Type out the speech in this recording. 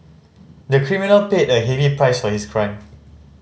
the criminal paid a heavy price for his crime